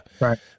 right